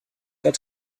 got